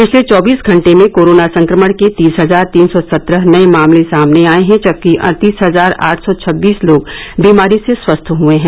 पिछले चौबीस घंटे में कोरोना संक्रमण के तीस हजार तीन सौ सत्रह नए मामले सामने आए हैं जबकि अड़तीस हजार आठ सौ छब्बीस लोग बीमारी से स्वस्थ हए हैं